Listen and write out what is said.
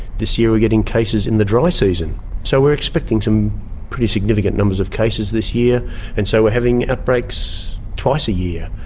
this year we're getting cases in the dry season so we're expecting some pretty significant numbers of cases this year and so we're having outbreaks twice a year.